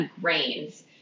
grains